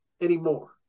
anymore